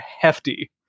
hefty